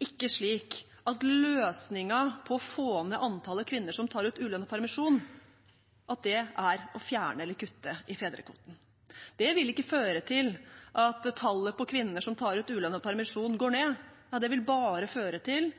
ikke slik at løsningen på å få ned antallet kvinner som tar ut ulønnet permisjon, er å fjerne eller kutte i fedrekvoten. Det vil ikke føre til at tallet på kvinner som tar ut ulønnet permisjon, går ned. Det vil bare føre til